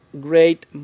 great